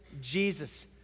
Jesus